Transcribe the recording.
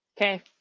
Okay